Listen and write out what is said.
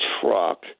truck